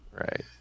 Right